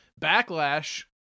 Backlash